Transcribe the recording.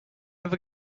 ever